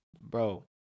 bro